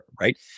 Right